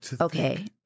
Okay